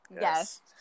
Yes